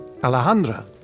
Alejandra